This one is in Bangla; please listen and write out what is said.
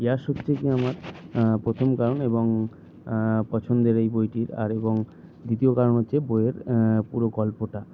ইয়াশ হচ্ছে গিয়ে আমার প্রথম কারণ এবং পছন্দের এই বইটির আর এবং দ্বিতীয় কারণ হচ্ছে বইয়ের পুরো গল্পটা